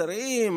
בשריים,